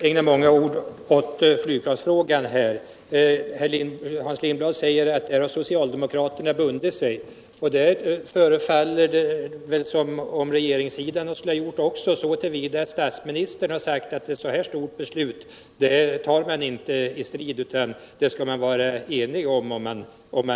Herr talman! Jag skall inte ägna många ord åt flygplansfrågan. Hans Lindblad säger att socialdemokrater'ra har bundit sig i den frågan. Det förefaller som om regeringssidan också skulle ha gjort det, så till vida att statsministern har sagt att beslutet att ge sig in i ett så stort projekt fattar man inte i strid, utan det skall man vara enig om.